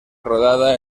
rodada